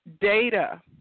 data